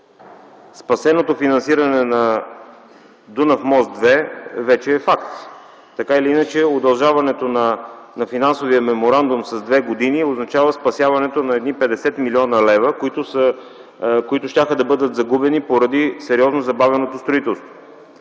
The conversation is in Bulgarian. спасеното финансиране на Дунав мост 2 вече е факт. Удължаването на финансовия меморандум с две години означава спасяването на 50 млн. лв., които щяха да бъдат загубени поради сериозно забавеното строителство.